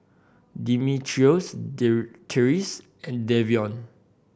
Dimitrios Therese and Davion